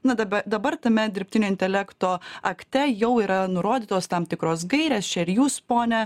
na daba dabar tame dirbtinio intelekto akte jau yra nurodytos tam tikros gairės čia ir jūs ponia